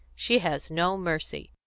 she has no mercy.